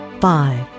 Five